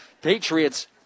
Patriots